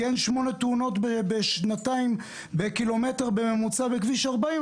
כי אין שמונה תאונות בק"מ בממוצע בכביש 40,